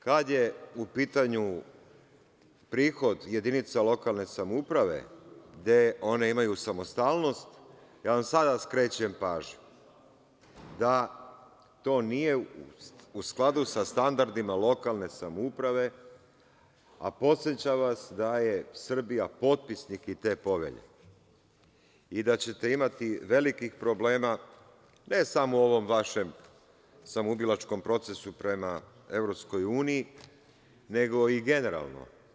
Kad je u pitanju prihod jedinica lokalne samouprave, gde one imaju samostalnost sada vam skrećem pažnju da to nije u skladu sa standardima lokalne samouprave, a podsećam vam da se Srbija potpisnik te povelje i da ćete imati velikih problema, ne samo u ovom vašem samoubilačkom procesu prema EU, nego i generalno.